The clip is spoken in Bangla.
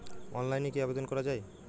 অনলাইনে কি আবেদন করা য়ায়?